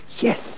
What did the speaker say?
yes